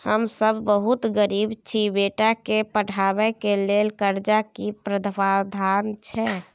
हम सब बहुत गरीब छी, बेटा के पढाबै के लेल कर्जा के की प्रावधान छै?